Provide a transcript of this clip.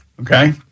Okay